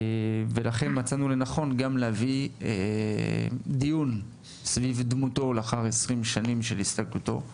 לכן מצאנו לנכון לקיים דיון סביב דמותו לאחר 20 שנה להסתלקותו.